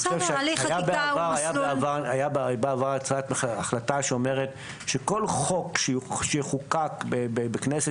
היה בעבר הצעת החלטה שאומרת שכל חוק שחוקק בכנסת